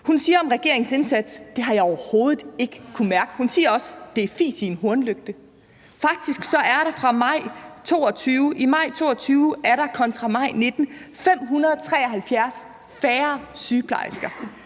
Hun siger om regeringens indsats, at »det har jeg overhovedet ikke kunne mærke.« Hun siger også, at det er en fis i en hornlygte. Faktisk er der i maj 2022 573 færre sygeplejersker